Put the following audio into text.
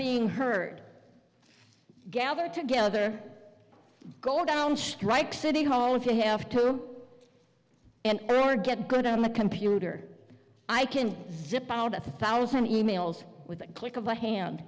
being heard gather together go down strike city hall if you have to and or get good on the computer i can zip out a thousand e mails with a click of a hand